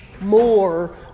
more